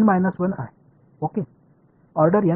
இங்கே அது என்ன